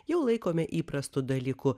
jau laikome įprastu dalyku